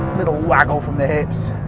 little waggle from the hips.